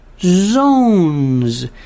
zones